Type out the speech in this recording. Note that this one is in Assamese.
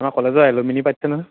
আমাৰ কলেজৰ এলোমিনি পাতিছে নহয়